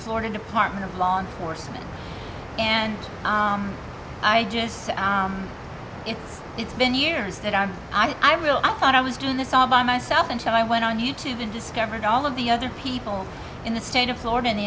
florida department of law enforcement and i just said it it's been years that i'm i will i thought i was doing this all by myself until i went on you tube and discovered all of the other people in the state of florida in the